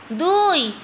দুই